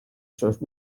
sus